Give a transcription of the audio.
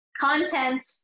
content